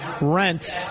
rent